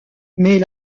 mais